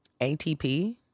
ATP